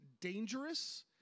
dangerous